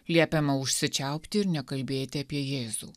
liepiama užsičiaupti ir nekalbėti apie jėzų